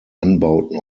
anbauten